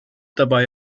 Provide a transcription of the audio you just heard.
dabei